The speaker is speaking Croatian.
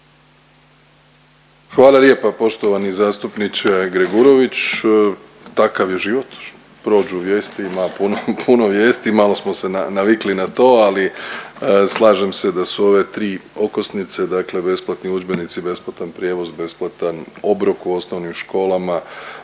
Hvala lijepa poštovani zastupniče Gregurović. Takav je život, prođu vijesti, ima puno vijesti, malo smo se navikli na to ali slažem se da su ove tri okosnice dakle besplatni udžbenici, besplatan prijevoz, besplatan obrok u osnovnim školama